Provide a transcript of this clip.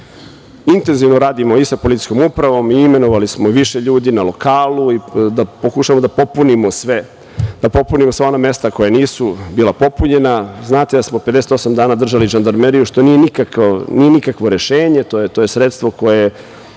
Intenzivno radimo i sa policijskom upravom i imenovali smo više ljudi na lokalu, pokušavamo da popunimo sve, da popunimo sva ona mesta koja nisu bila popunjena. Znate da smo 58 dana držali žandarmeriju, što nije nikakvo rešenje, to je sredstvo koje